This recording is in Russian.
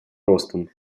ростом